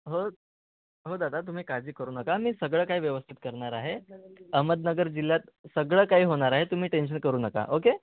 हो हो दादा तुम्ही काळजी करू नका मी सगळं काय व्यवस्थित करणार आहे अहमदनगर जिल्ह्यात सगळं काही होणार आहे तुम्ही टेन्शन करू नका ओके